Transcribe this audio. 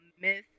Miss